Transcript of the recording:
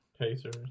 Pacers